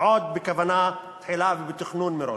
ועוד בכוונה תחילה ובתכנון מראש.